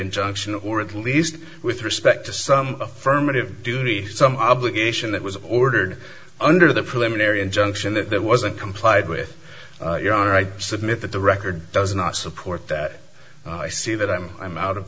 injunction or at least with respect to some affirmative duty some obligation that was ordered under the preliminary injunction that it was a complied with your honor i submit that the record does not support that i see that i am i'm out of